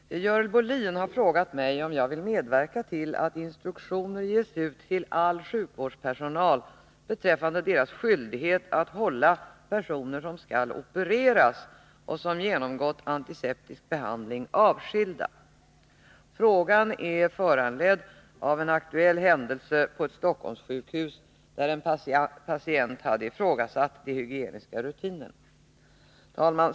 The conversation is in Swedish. Herr talman! Görel Bohlin har frågat mig om jag vill medverka till att instruktioner ges ut till all sjukvårdspersonal beträffande deras skyldighet att hålla personer som skall opereras och som genomgått antiseptisk behandling avskilda. Frågan är föranledd av en aktuell händelse på ett Stockholmssjukhus, där en patient hade ifrågasatt de hygieniska rutinerna.